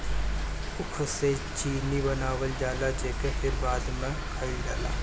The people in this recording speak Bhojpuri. ऊख से चीनी बनावल जाला जेके फिर बाद में खाइल जाला